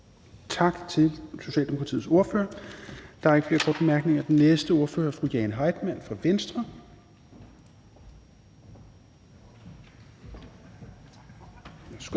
Tak til Socialdemokratiets ordfører. Der er ikke flere korte bemærkninger. Den næste ordfører er fru Jane Heitmann fra Venstre.